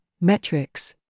Metrics